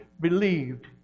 believed